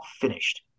finished